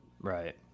Right